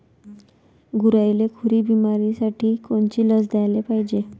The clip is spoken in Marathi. गुरांइले खुरी बिमारीसाठी कोनची लस द्याले पायजे?